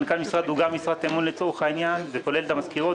מנכ"ל משרד הוא גם משרת אמון לצורך העניין זה כולל את המזכירות,